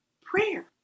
Prayer